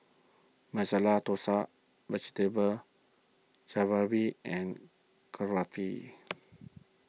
Masala Dosa Vegetable Jalfrezi and Kulfi